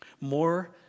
More